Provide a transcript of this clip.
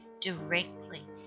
directly